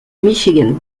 michigan